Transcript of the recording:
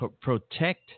protect